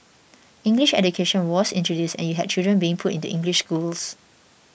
English education was introduced and you had children being put into English schools